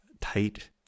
tight